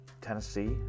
Tennessee